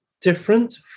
different